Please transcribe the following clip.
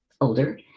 older